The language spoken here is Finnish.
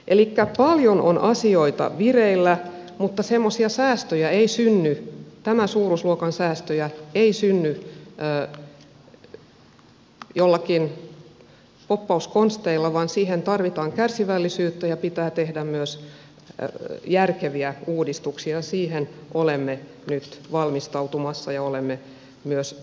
elikkä paljon on asioita vireillä mutta tämän suuruusluokan säästöjä ei synny joillakin poppakonsteilla vaan siihen tarvitaan kärsivällisyyttä ja pitää tehdä myös järkeviä uudistuksia ja siihen olemme nyt valmistautumassa ja myös tähtäämässä